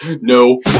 No